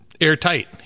airtight